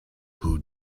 who